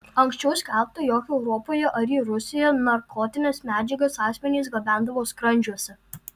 anksčiau skelbta jog europoje ar į rusiją narkotines medžiagas asmenys gabendavo skrandžiuose